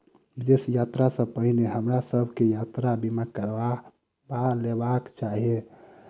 विदेश यात्रा सॅ पहिने हमरा सभ के यात्रा बीमा करबा लेबाक चाही